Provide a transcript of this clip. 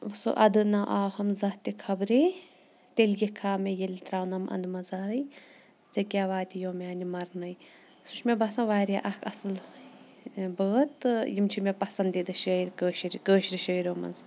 سُہ اَدٕ نا آہَم زانٛہہ تہِ خبرے تیٚلہِ یِکھا مےٚ ییٚلہِ ترٛاونَم اَنٛد مزارَے ژےٚ کیٛاہ واتِو میٛانہِ مَرنَے سُہ چھُ مےٚ باسَن واریاہ اَکھ اَصٕل بٲتھ تہٕ یِم چھِ مےٚ پَسنٛدیٖدٕ شٲعر کٲشِرۍ کٲشرِ شٲعرو منٛز